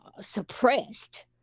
suppressed